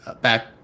back